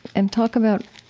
and talk about